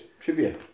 Trivia